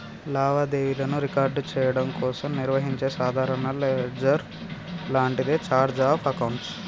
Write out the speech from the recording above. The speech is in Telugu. లావాదేవీలను రికార్డ్ చెయ్యడం కోసం నిర్వహించే సాధారణ లెడ్జర్ లాంటిదే ఛార్ట్ ఆఫ్ అకౌంట్స్